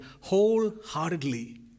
wholeheartedly